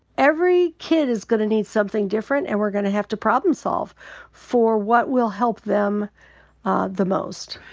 every kid is gonna need something different. and we're gonna have to problem-solve for what will help them the most.